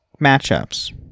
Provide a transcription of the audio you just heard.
matchups